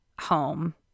home